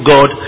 God